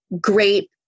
great